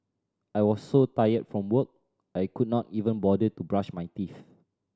I was so tired from work I could not even bother to brush my teeth